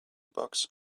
box